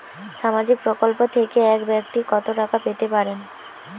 সামাজিক প্রকল্প থেকে এক ব্যাক্তি কত টাকা পেতে পারেন?